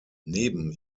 neben